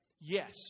Yes